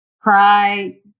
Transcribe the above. cry